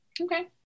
Okay